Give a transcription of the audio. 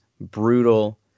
brutal